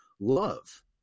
love